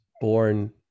born